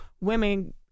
women